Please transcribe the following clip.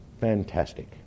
fantastic